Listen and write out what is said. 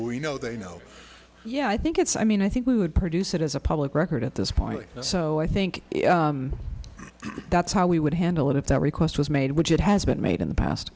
we know that you know yeah i think it's i mean i think we would produce it as a public record at this point so i think that's how we would handle it if that request was made which it has been made in the past